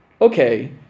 Okay